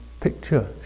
picture